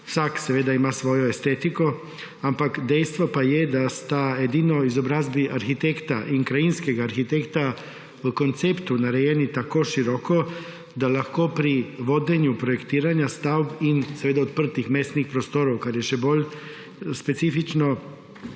Vsak seveda ima svojo estetiko, ampak dejstvo pa je, da sta edino izobrazbi arhitekta in krajinskega arhitekta v konceptu narejeni tako široko, da lahko pri vodenju projektiranja stavb in seveda odprtih mestnih prostorov, kar je še bolj specifično,